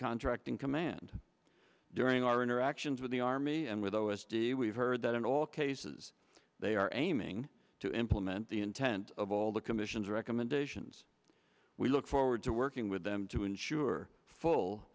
contracting command during our interactions with the army and with o s d we've heard that in all cases they are aiming to implement the intent of all the commission's recommendations we look forward to working with them to ensure full